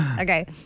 Okay